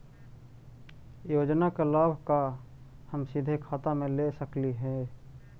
योजना का लाभ का हम सीधे खाता में ले सकली ही?